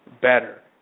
better